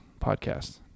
podcast